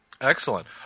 Excellent